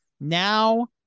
now